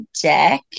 Deck